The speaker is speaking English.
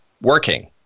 working